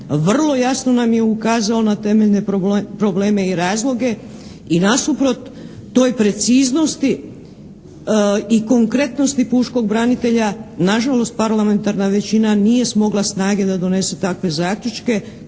vrlo jasno nam je ukazao na temeljne probleme i razloge. I nasuprot toj preciznosti i konkretnosti pučkog branitelja, nažalost, parlamentarna većina nije smogla snage da donese takve zaključke